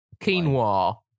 Quinoa